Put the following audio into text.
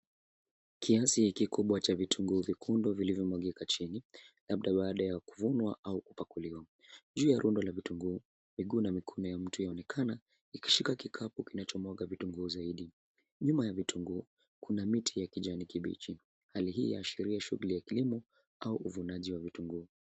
Kiasi kikubwa cha vitunguu vyekundu vilivyo mwagika chini labda baada ya kuvunwa au kupakuliwa. Juu ya rundo la vitunguu miguu na mikono ya mtu inaonekana likishika kikapu kinacho mwanga vitunguu zaidi. Nyuma ya vitunguu kuna miti ya kijani kibichi. Hali hii yaashiria shughuli ya kilimo au uvunajinwa wa vitunguu.